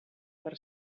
per